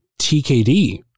TKD